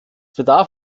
bedarf